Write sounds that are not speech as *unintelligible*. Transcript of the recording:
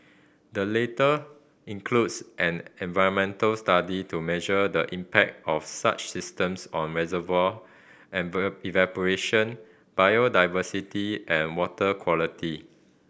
the later includes an environmental study to measure the impact of such systems on reservoir *unintelligible* evaporation biodiversity and water quality